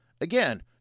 again